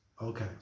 okay